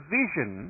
vision